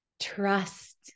trust